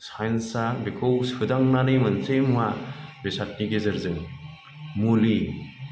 सायन्सआ बेखौ सोदांनानै मोनसे मुवा बेसादनि गेजेरजों मुलि